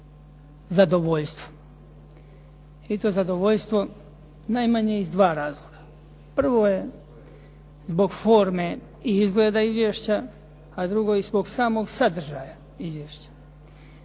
zadovoljstvo. I to zadovoljstvo najmanje iz dva razloga. Prvo je zbog forme i izgleda izvješća, a drugo je zbog samoga sadržaja Izvješća.